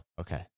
Okay